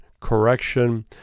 correction